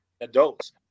adults